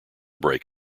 break